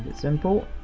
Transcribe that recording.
simple.